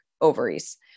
ovaries